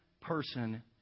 person